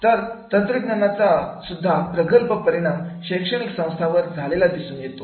तर तंत्रज्ञानाचा सुद्धा प्रगल्भ परिणाम शैक्षणिक संस्था वर झालेला दिसून येतो